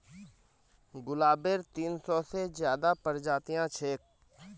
गुलाबेर तीन सौ से ज्यादा प्रजातियां छेक